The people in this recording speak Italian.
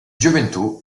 gioventù